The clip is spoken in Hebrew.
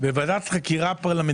עם השנים אל-בטוף הפך לים,